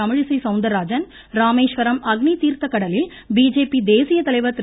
தமிழிசை சௌந்தரராஜன் ராமேஸ்வரம் அக்னி தீர்த்தக் கடலில் பிஜேபி தேசிய செயலர் திரு